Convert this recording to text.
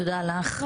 תודה לך.